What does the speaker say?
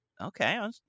Okay